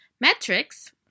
metrics